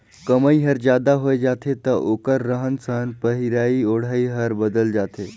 कमई हर जादा होय जाथे त ओखर रहन सहन पहिराई ओढ़ाई हर बदलत जाथे